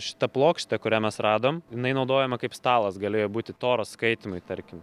šita plokštė kurią mes radom jinai naudojama kaip stalas galėjo būti toros skaitymui tarkim